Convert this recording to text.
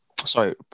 Sorry